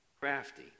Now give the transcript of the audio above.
crafty